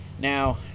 Now